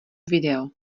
video